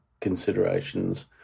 considerations